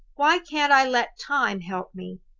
why can't i let time help me?